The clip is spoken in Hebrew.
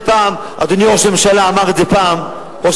אדוני ראש הממשלה, אמר את זה פעם ראש